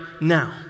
now